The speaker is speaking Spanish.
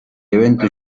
evento